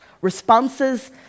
responses